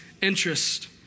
interest